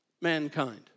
mankind